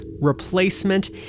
replacement